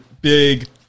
Big